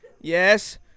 Yes